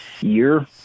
year